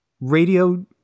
radio